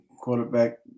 quarterback